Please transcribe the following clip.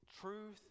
truth